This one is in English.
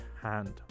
hand